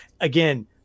again